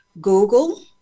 Google